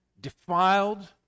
defiled